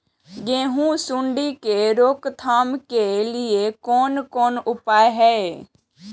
गेहूँ सुंडी के रोकथाम के लिये कोन कोन उपाय हय?